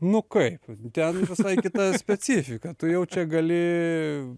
nu kaip ten visai kita specifika tu jau čia gali